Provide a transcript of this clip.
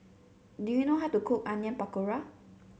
do you know how to cook Onion Pakora